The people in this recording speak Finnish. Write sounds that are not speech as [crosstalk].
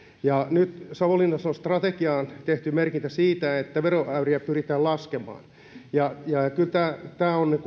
ja nyt savonlinnassa on strategiaan tehty merkintä siitä että veroäyriä pyritään laskemaan tämä on [unintelligible]